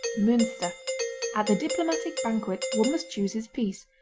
munster at the diplomatic banquet one must choose his piece.